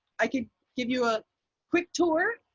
i can give you a quick tour.